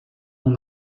mon